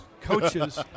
coaches